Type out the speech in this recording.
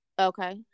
Okay